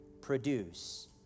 produce